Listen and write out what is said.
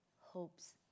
Hope's